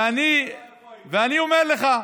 ואני אומר לך,